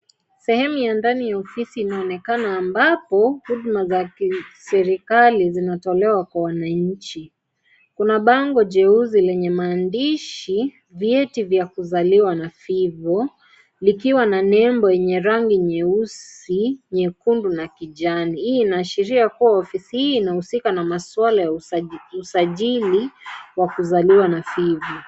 Sehemu ya ndani ya ofisi inaonekana ambapo huduma za kiserikali zinatolewa kwa wananchi, kuna bango jeusi lenye maandishi vyeti vya kuzaliwa na vifo vikiwa na nembo yenye rangi nyeusi, nyekundu na kijani, hii inaashiria kuwa ofisi hii inashighulika na masuala ya usajili wa kuzaliwa na vifo.